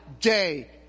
day